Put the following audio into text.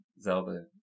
Zelda